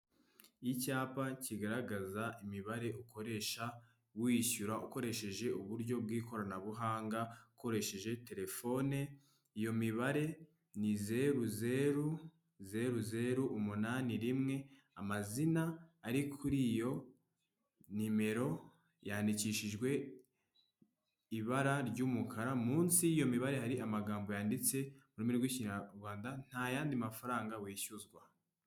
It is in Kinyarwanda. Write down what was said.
Icyapa kigaragaza imibare ukoresha wishyura ukoresheje uburyo bw'ikoranabuhanga ukoresheje telefone, iyo mibare ni zeru zeru zeru zeru umunani rimwe amazina ari kuri iyo nimero yandikishijwe ibara ry'umukara munsi y'iyo mibare hari amagambo yanditse mu rurimi rw'Ikinyarwanda ntayandi mafaranga wishyuzwa.